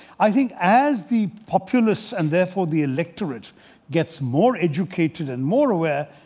i think as the populist and, therefore, the electorate gets more educated and more aware,